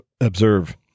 observe